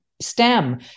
STEM